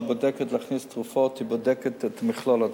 כשהיא בודקת אם להכניס תרופות היא בודקת את מכלול הדברים.